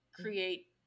create